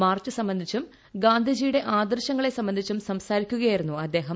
March സംബന്ധിച്ചും ഗാന്ധിജിയുടെ ആദർശങ്ങളെ സംബന്ധിച്ചും സംസാരിക്കുകയായിരുന്നു അദ്ദേഹം